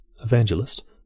evangelist